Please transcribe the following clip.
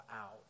out